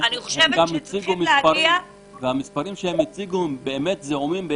המספרים שהם הציגו זעומים.